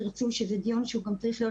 דיונים.